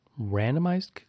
randomized